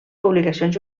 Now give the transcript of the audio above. publicacions